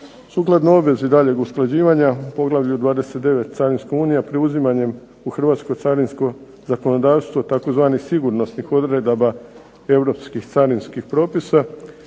Sukladno obvezi daljnjeg usklađivanja u poglavlju 29.-Carinska unija preuzimanjem u hrvatsko carinsko zakonodavstvo tzv. sigurnosnih odredaba europskih carinskih propisa,